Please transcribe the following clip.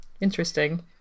Interesting